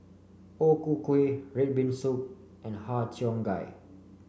O Ku Kueh red bean soup and Har Cheong Gai